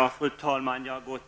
alla punkter.